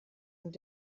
und